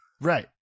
Right